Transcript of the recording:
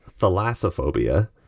thalassophobia